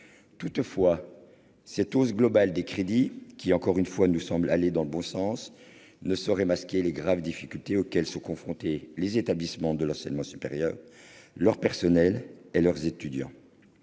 Toutefois, si cette hausse globale des crédits nous semble aller dans le bon sens, elle ne saurait masquer les graves difficultés auxquelles sont confrontés les établissements de l'enseignement supérieur, leur personnel et leurs étudiants.